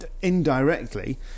indirectly